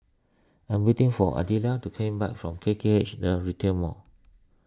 I am waiting for Adelia to come back from K K H the Retail Mall